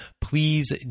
please